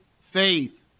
faith